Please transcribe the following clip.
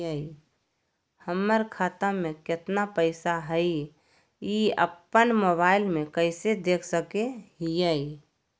हमर खाता में केतना पैसा हई, ई अपन मोबाईल में कैसे देख सके हियई?